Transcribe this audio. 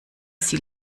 sie